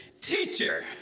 Teacher